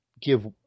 give